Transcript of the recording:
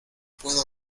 puedo